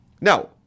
Now